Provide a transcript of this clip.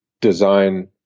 design